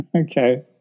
okay